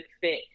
fit